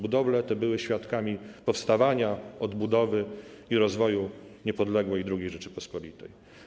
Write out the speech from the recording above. Budowle te były świadkami powstawania, odbudowy i rozwoju niepodległej II Rzeczypospolitej.